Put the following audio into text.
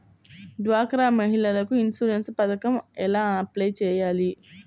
డ్వాక్రా మహిళలకు ఇన్సూరెన్స్ పథకం ఎలా అప్లై చెయ్యాలి?